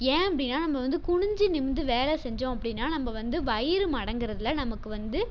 ஏன் அப்படின்னா நம்ம வந்து குனிந்சு நிமிர்ந்து வேலை செஞ்சம் அப்படின்னா நம்ம வந்து வயிறு மடங்குறதில் நமக்கு வந்து